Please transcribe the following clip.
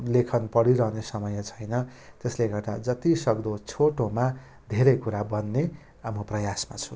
लेखन पढिरहने समय छैन त्यसैले गर्दा जतिसक्दो छोटोमा धेरै कुरा भन्ने म प्रयासमा छु